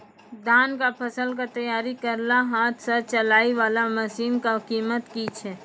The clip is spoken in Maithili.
धान कऽ फसल कऽ तैयारी करेला हाथ सऽ चलाय वाला मसीन कऽ कीमत की छै?